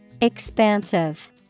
Expansive